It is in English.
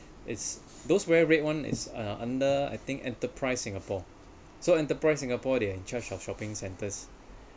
it's those wear red one is uh under I think enterprise singapore so enterprise singapore they are in charge of shopping centres